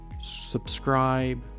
subscribe